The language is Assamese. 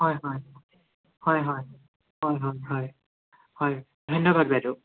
হয় হয় হয় হয় হয় হয় ধন্যবাদ বাইদেউ